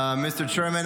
Mister Chairman,